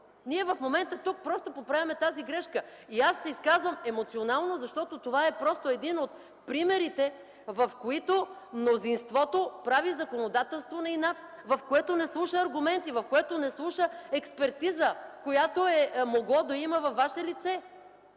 Ние в момента тук просто поправяме тази грешка и аз се изказвам емоционално, защото това е просто един от примерите, в които мнозинството прави законодателство „на инат”, в което не слуша аргументи, в което не слуша експертиза, която е могло да има във Ваше лице.